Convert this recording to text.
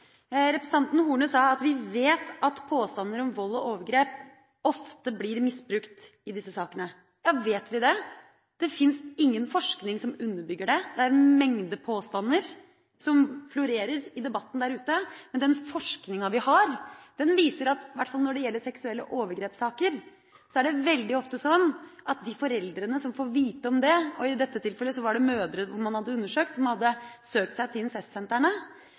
Representanten Horne sa at vi vet at påstander om vold og overgrep ofte blir misbrukt i disse sakene. Vet vi det? Det finnes ingen forskning som underbygger det. Det er en mengde påstander som florerer i debatten der ute, men den forskninga vi har, viser – i hvert fall når det gjelder seksuelle overgrepssaker – at det veldig ofte er slik at de foreldrene som får vite om det – i dette tilfellet var det mødre som hadde søkt seg til incestsentrene, man hadde undersøkt – hadde